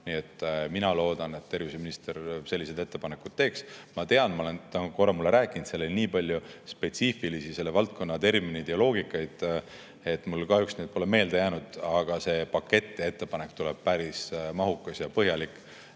Nii et mina loodan, et terviseminister selliseid ettepanekuid teeb. Ma tean, ta on korra mulle rääkinud, aga seal on palju spetsiifilisi selle valdkonna termineid ja loogikaid, need mul kahjuks pole meelde jäänud, aga see pakettettepanek tuleb päris mahukas ja põhjalik.